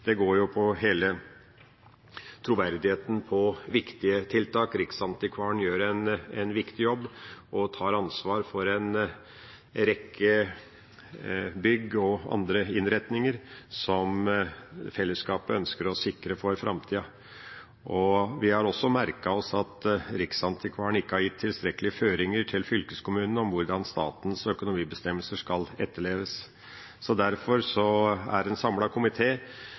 Det går på hele troverdigheten med hensyn til viktige tiltak, Riksantikvaren gjør en viktig jobb og tar ansvar for en rekke bygg og andre innretninger som fellesskapet ønsker å sikre for framtida. Vi har også merket oss at Riksantikvaren ikke har gitt tilstrekkelige føringer til fylkeskommunene om hvordan statens økonomibestemmelser skal etterleves. Derfor er det en